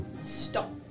Stop